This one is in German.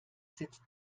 sitzt